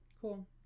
cool